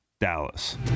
Dallas